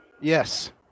Yes